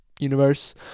universe